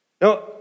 Now